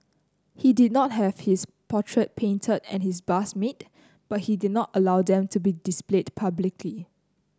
he did not have his portrait painted and his bust made but he did not allow them to be displayed publicly